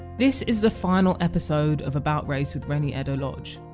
this is the final episode of about race with reni eddo-lodge.